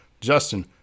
Justin